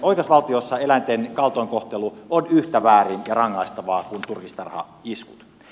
oikeusvaltiossa eläinten kaltoinkohtelu on yhtä väärin ja rangaistavaa kuin turkistarhaiskut